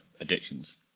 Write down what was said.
addictions